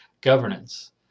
governance